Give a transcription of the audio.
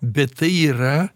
bet tai yra